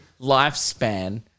lifespan